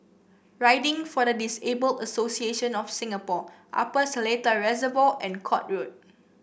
Riding for the Disabled Association of Singapore Upper Seletar Reservoir and Court Road